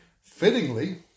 Fittingly